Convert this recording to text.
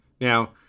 Now